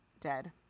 Dead